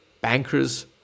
bankers